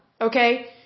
Okay